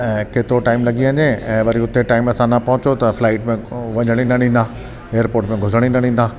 ऐं केतिरो टाइम लॻी वञे ऐं वरी उते टाइम सां न पहुचो त वञण ई न ॾींदा एअरपोट में घुसण ई न ॾींदा